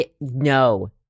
No